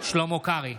שלמה קרעי,